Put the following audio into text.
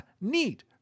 Neat